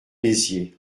béziers